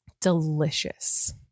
delicious